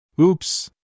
Oops